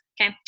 Okay